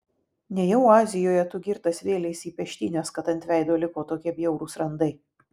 nejau azijoje tu girtas vėleisi į peštynes kad ant veido liko tokie bjaurūs randai